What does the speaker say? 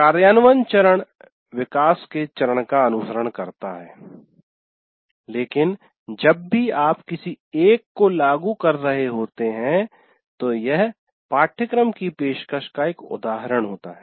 कार्यान्वयन चरण विकास के चरण का अनुसरण करता है लेकिन जब भी आप किसी एक को लागू कर रहे होते हैं तो यह पाठ्यक्रम की पेशकश का एक उदाहरण होता है